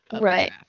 Right